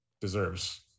deserves